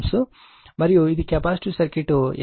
మరియు ఇది capacitive circuit 8